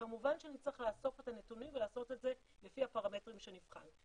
כמובן שנצטרך לאסוף את הנתונים ולעשות את זה לפי הפרמטרים שנבחן.